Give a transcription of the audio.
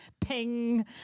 ping